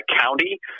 county